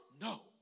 No